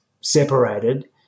separated